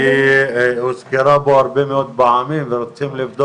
לא, לצורך